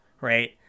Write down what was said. Right